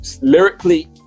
lyrically